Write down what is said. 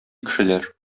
кешеләр